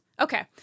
Okay